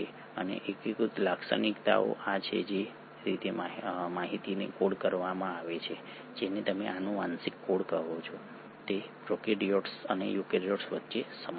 અને એકીકૃત લાક્ષણિકતાઓ આ છે જે રીતે માહિતીને કોડ કરવામાં આવે છે જેને તમે આનુવંશિક કોડ કહો છો તે પ્રોકેરીયોટ્સ અને યુકેરીયોટ્સ વચ્ચે સમાન છે